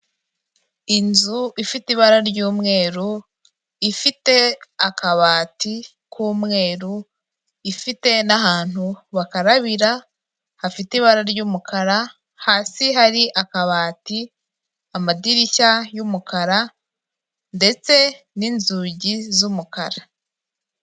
Inzu ifite ibara ry'umweru, ifite akabati k'umweru, ifite n'ahantu bakarabira hafite ibara ry'umukara, hasi hari akabati, amadirishya y'umukara ndetse n'inzugi z'umukara.